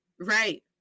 Right